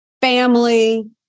family